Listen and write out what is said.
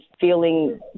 feeling